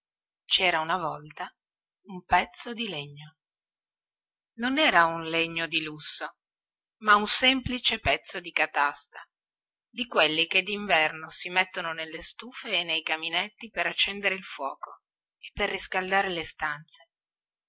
cera una volta un pezzo di legno non era un legno di lusso ma un semplice pezzo da catasta di quelli che dinverno si mettono nelle stufe e nei caminetti per accendere il fuoco e per riscaldare le stanze